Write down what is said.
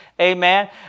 Amen